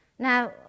Now